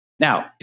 Now